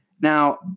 Now